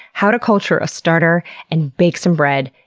how to culture a starter and bake some bread,